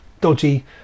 dodgy